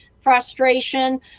frustration